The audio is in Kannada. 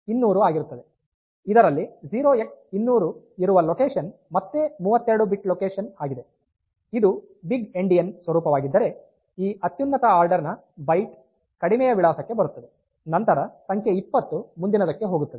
ಇದರಲ್ಲಿ 0x200 ಇರುವ ಲೊಕೇಶನ್ ಮತ್ತೆ 32 ಬಿಟ್ ಲೊಕೇಶನ್ ಆಗಿದೆ ಮತ್ತು ಇದು ಬಿಗ್ ಎಂಡಿಯನ್ ಸ್ವರೂಪವಾಗಿದ್ದರೆ ಈ ಅತ್ಯುನ್ನತ ಆರ್ಡರ್ ನ ಬೈಟ್ ಕಡಿಮೆಯ ವಿಳಾಸಕ್ಕೆ ಬರುತ್ತದೆ ನಂತರ ಸಂಖ್ಯೆ 20 ಮುಂದಿನದಕ್ಕೆ ಹೋಗುತ್ತದೆ